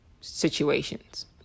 situations